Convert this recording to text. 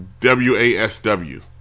WASW